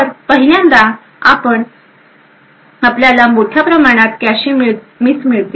तर पहिल्यांदा आपल्याला मोठ्या प्रमाणात कॅशे मिस मिळतील